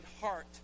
heart